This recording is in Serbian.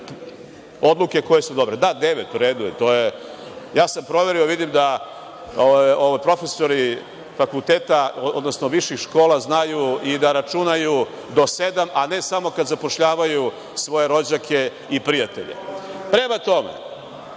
odluke koje su dobre. Da, devet, u redu je, ja sam proverio. Vidim da profesori fakulteta, odnosno viših škola znaju i da računaju do sedam, a ne samo kad zapošljavaju svoje rođake i prijatelje. Prema tome,